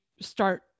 start